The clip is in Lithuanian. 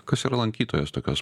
kas yra lankytojas tokios